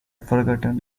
forgotten